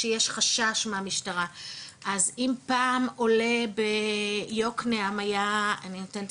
שיש חשש מהמשטרה אז אם פעם עולה ביוקנעם היה - אני נותנת